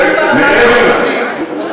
ומעבר לכך,